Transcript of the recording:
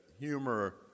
humor